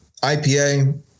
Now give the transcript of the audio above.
IPA